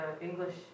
English